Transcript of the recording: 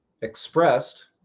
expressed